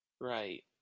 Right